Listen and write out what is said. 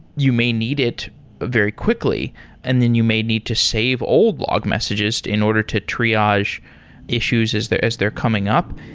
you may need it very quickly and then you may need to save old logged messages in order to triage issues as they're as they're coming up.